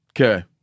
Okay